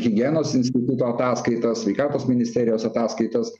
higienos instituto ataskaitą sveikatos ministerijos ataskaitas